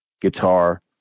guitar